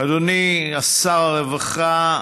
אדוני שר הרווחה,